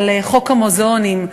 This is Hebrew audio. על חוק המוזיאונים.